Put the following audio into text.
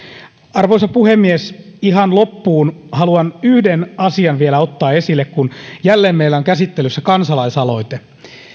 arvoisa puhemies ihan loppuun haluan yhden asian vielä ottaa esille kun jälleen meillä on käsittelyssä kansalaisaloite